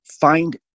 find